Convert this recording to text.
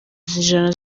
ijana